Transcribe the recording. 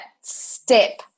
step